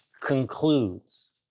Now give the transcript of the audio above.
concludes